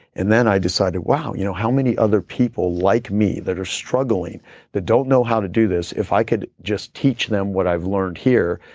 and then i decided, wow, you know how many other people like me that are struggling that don't know how to do this? if i could just teach them what i've learned here,